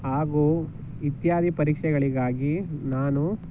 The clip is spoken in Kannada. ಹಾಗೂ ಇತ್ಯಾದಿ ಪರೀಕ್ಷೆಗಳಿಗಾಗಿ ನಾನು